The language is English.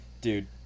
Dude